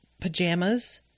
pajamas